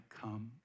come